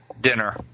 dinner